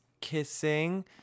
kissing